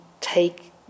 take